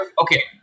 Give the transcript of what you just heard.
Okay